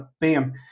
bam